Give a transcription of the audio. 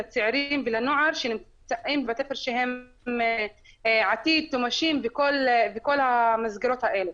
לצעירים ולנוער שנמצאים בבתי-ספר --- וכל המסגרות האלה.